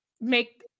make